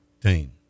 team